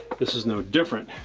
this is no different,